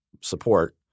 support